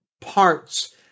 parts